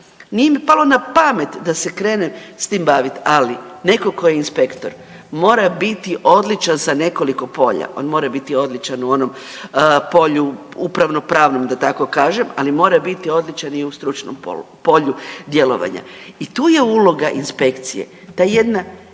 nije mi palo na pamet da se krenem s tim baviti, ali netko tko je inspektor mora biti odličan sa nekoliko polja. On mora biti odličan u onom polju upravno-pravnom da tako kažem, ali mora biti odličan i u stručnom polju djelovanja. I tu je uloga inspekcije, ta jedna